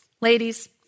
Ladies